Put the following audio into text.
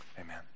amen